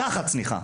צניחה.